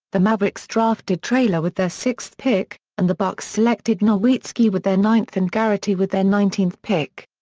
the mavericks drafted traylor with their sixth pick, and the bucks selected nowitzki with their ninth and garrity with their nineteenth pick.